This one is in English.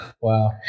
Wow